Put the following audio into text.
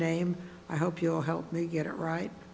name i hope you'll help me get it right